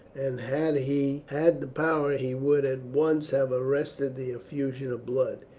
and had he had the power he would at once have arrested the effusion of blood.